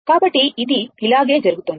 కాబట్టి ఇది ఇలాగే జరుగుతోంది